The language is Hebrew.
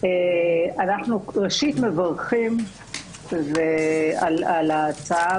ראשית, אנו מברכים על ההצעה.